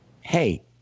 hey